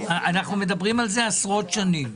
אנחנו מדברים על זה עשרות שנים.